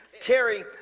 Terry